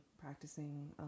practicing